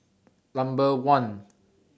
Number one